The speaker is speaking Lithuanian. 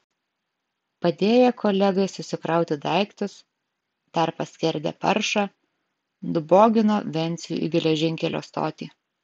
padėję kolegai susikrauti daiktus dar paskerdę paršą nubogino vencių į geležinkelio stotį